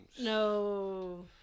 No